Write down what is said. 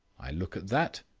i look at that,